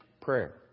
prayer